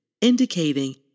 indicating